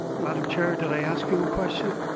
madam chair, did i ask you a question?